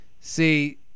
see